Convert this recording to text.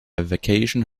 vacation